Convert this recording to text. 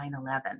9-11